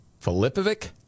Filipovic